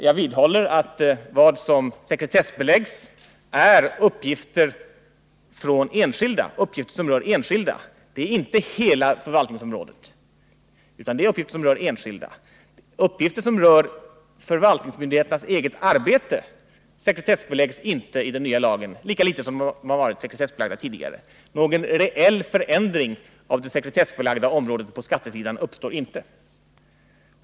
Jag vidhåller att vad som sekretessbeläggs är uppgifter som rör enskilda — det är inte hela förvaltningsområdet. Uppgifter som rör förvaltningsmyndigheternas eget arbete sekretessbeläggs inte i den nya lagen, lika litet som de varit sekretessbelagda tidigare. Någon reell förändring av det sekretessbelagda området på skattesidan uppstår inte.